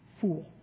fool